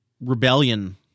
rebellion